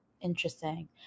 interesting